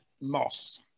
Moss